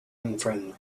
unfriendly